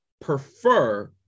prefer